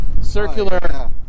circular